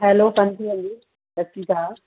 hello ਸਤਿ ਸ਼੍ਰੀ ਅਕਾਲ